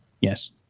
Yes